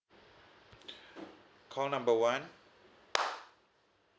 call number one